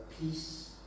peace